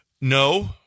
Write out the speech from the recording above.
No